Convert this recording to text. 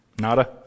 Nada